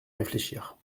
réfléchir